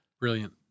Brilliant